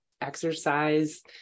exercise